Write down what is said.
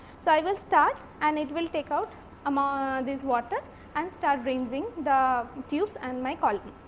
so, i will start and it will take out um um this water and start raising the tubes and my column.